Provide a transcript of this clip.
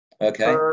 Okay